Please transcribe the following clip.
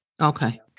okay